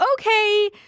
okay